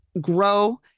grow